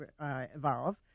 evolve